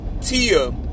Tia